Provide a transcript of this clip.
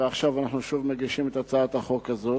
ועכשיו אנחנו מגישים שוב את הצעת החוק הזאת.